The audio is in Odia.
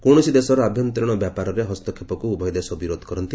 କୌଣସି ଦେଶର ଆଭ୍ୟନ୍ତରୀଣ ବ୍ୟାପାରରେ ହସ୍ତକ୍ଷେପକୁ ଉଭୟ ଦେଶ ବିରୋଧ କରନ୍ତି